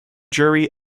jury